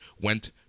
Went